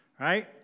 right